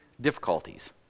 difficulties